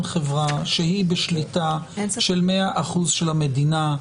חברה שהיא בשליטה של 100 אחוזים של המדינה,